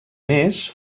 més